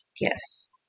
yes